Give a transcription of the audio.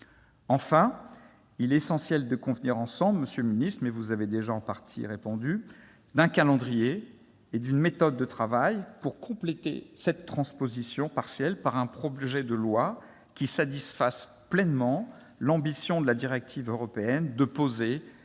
Enfin, il est indispensable de convenir ensemble, monsieur le ministre- mais vous avez déjà en partie répondu sur ce point -, d'un calendrier et d'une méthode de travail pour compléter cette transposition partielle par un projet de loi qui satisfasse pleinement l'ambition de la directive européenne de poser